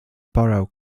borough